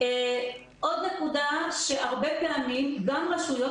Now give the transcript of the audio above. עוד נקודה היא שהרבה פעמים גם רשויות